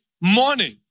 morning